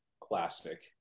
classic